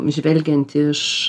žvelgiant iš